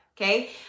okay